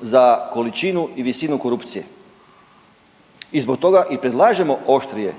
za količinu i visinu korupcije i zbog toga i predlažemo oštrije